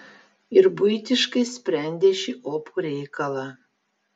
ir buitiškai sprendė šį opų reikalą